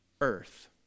earth